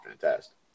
fantastic